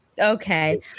Okay